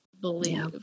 Believe